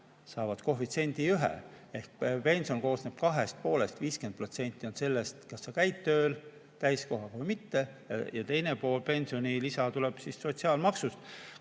saavad koefitsiendi 1. Ehk pension koosneb kahest poolest: 50% tuleb sellest, kas sa käid tööl täiskohaga või mitte, ja teine pool pensionist tuleb sotsiaalmaksust,